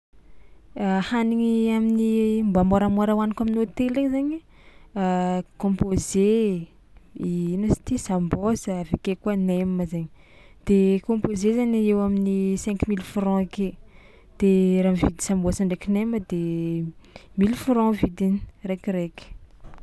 A hanigny amin'ny mba môramôra hohaniko amin'ny hôtely regny zainy: kômpôze, i ino izy ty sambôsy avy ake koa nem zainy de kômpôze zany eo ho eo amin'ny cinq milles francs ake de raha mividy sambôsy ndraiky nem de mille francs vidiny raikiraiky.